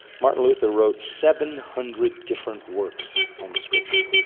martin luther wrote seven hundred different works on the scripture.